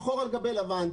שחור על גבי לבן,